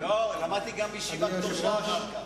לא, למדתי גם בישיבה קדושה אחר כך.